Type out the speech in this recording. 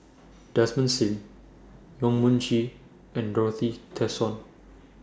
Desmond SIM Yong Mun Chee and Dorothy Tessensohn